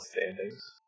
standings